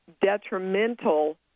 detrimental